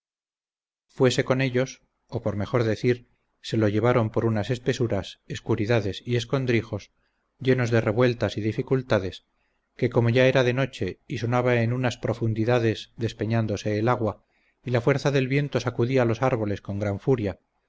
fuese con ellos o por mejor decir se lo llevaron por unas espesuras escuridades y escondrijos llenos de revueltas y dificultades que como ya era de noche y sonaba en unas profundidades despeñándose el agua y la fuerza del viento sacudía los árboles con gran furia